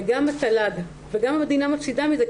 גם התל"ג וגם המדינה מפסידה מזה,